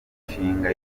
imishinga